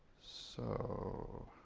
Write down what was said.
so.